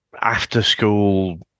after-school